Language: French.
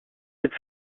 cette